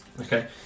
Okay